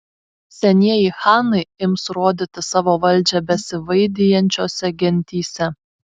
senieji chanai ims rodyti savo valdžią besivaidijančiose gentyse